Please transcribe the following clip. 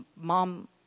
mom